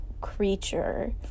creature